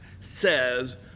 says